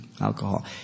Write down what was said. alcohol